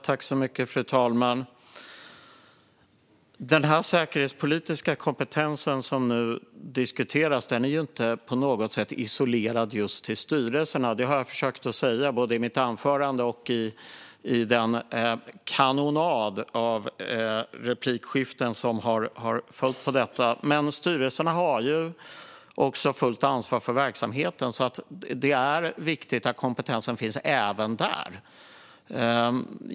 Fru talman! Den säkerhetspolitiska kompetens som nu diskuteras är ju inte på något sätt isolerad till styrelserna. Det har jag försökt säga både i mitt anförande och i den kanonad av replikskiften som har följt på detta. Men styrelserna har fullt ansvar för verksamheten. Det är alltså viktigt att kompetensen finns även där.